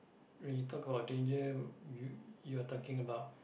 when you talk about danger you you are talking about